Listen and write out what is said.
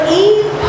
eve